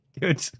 Good